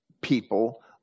people